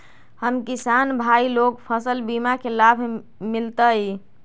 हम किसान भाई लोग फसल बीमा के लाभ मिलतई?